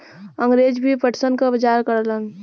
अंगरेज भी पटसन क बजार करलन